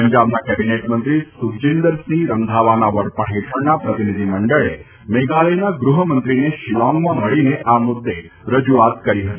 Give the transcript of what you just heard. પંજાબના કેબીનેટ મંત્રી સુખજીંદરસિંહ રંધાવાના વડપણ હેઠળના પ્રતિનિધિમંડળે મેઘાલયના ગૃહમંત્રીને શિલોંગમાં મળીને આ મુદ્દે રજુઆત કરી હતી